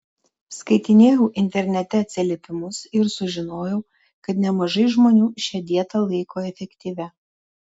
skaitinėjau internete atsiliepimus ir sužinojau kad nemažai žmonių šią dietą laiko efektyvia